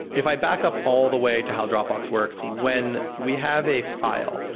if i back up all the way to how dropbox works, when we have a file,